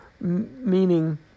meaning